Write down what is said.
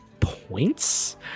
points